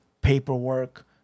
Paperwork